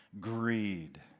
Greed